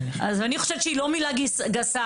אני חושבת שהיא לא מילה גסה.